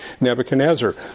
Nebuchadnezzar